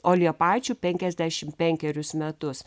o liepaičių penkiasdešimt penkerius metus